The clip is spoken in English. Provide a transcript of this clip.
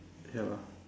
ya lah